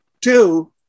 two